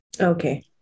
Okay